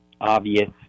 obvious